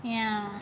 ya